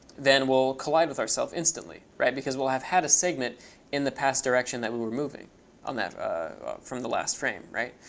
then we'll collide with ourself instantly, right? because we'll have had a segment in the past direction that we were moving um ah from the last frame, right?